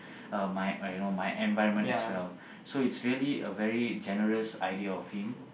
uh my my own my environment as well so it's really a very generous idea of him